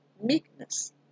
meekness